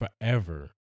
forever